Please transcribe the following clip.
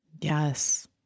Yes